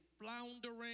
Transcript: floundering